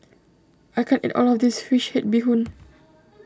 I can't eat all of this Fish Head Bee Hoon